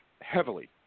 heavily